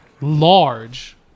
large